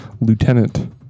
lieutenant